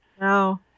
No